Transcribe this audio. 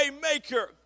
Waymaker